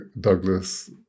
douglas